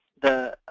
the